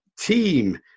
Team